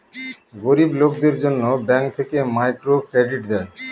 গরিব লোকদের জন্য ব্যাঙ্ক থেকে মাইক্রো ক্রেডিট দেয়